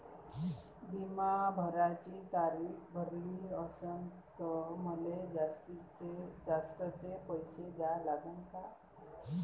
बिमा भराची तारीख भरली असनं त मले जास्तचे पैसे द्या लागन का?